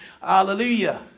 Hallelujah